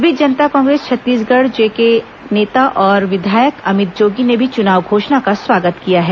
इस बीच जनता कांग्रेस छत्तीसगढ़ जे के नेता और विधायक अमित जोगी ने भी चुनाव घोषणा का स्वागत किया है